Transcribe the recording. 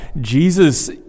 Jesus